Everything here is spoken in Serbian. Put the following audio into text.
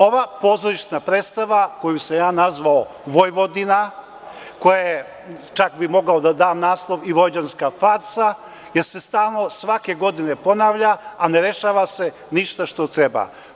Ova pozorišna predstava koju sam nazvao Vojvodina, čak bih mogao da dam naslov i vojvođanska farsa jer se stalno svake godine ponavlja, a ne rešava se ništa što treba.